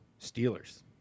Steelers